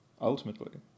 ultimately